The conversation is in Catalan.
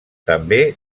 també